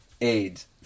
AIDS